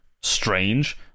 Strange